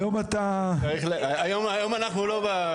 היום אנחנו לא.